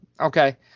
okay